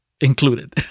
included